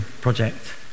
project